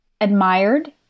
admired